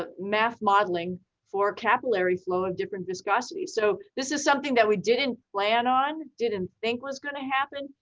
ah math modeling for capillary flow in different viscosity. so this is something that we didn't plan on, didn't think was gonna happen.